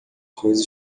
coisas